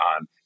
on